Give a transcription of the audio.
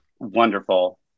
wonderful